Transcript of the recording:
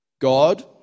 God